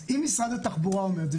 אם משרד התחבורה אומר את זה,